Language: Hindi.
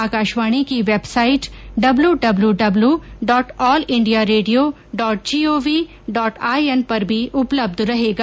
आकाशवाणी की website W W dot all India radio dot G O V dot I N पर भी उपलब्ध रहेगा